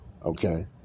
Okay